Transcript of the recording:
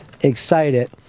excited